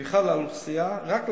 במיוחד על אוכלוסייה, רק לאוכלוסייה,